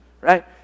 right